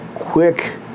quick